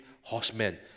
horsemen